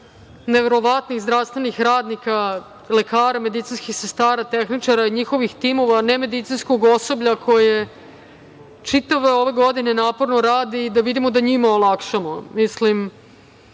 neverovatnih zdravstvenih radnika, lekara, medicinskih sestara, njihovih timova, nemedicinskog osoblja, koje čitave ove godine naporno radi, da vidimo da njima olakšamo. Ti